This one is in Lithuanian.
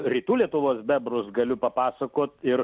rytų lietuvos bebrus galiu papasakot ir